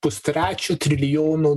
pustrečio trilijonų